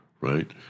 right